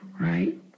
right